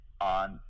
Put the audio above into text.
on